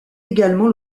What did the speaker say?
également